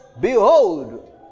Behold